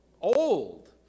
old